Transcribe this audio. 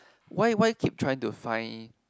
why why keep trying to find